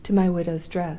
to my widow's dress.